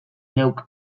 neuk